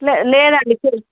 లేదండి